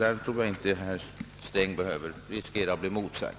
Där tror jag inte att herr Sträng behöver riskera att bli motsagd.